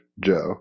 Joe